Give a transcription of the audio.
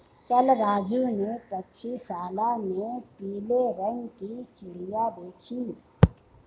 कल राजू ने पक्षीशाला में पीले रंग की चिड़िया देखी